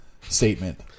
statement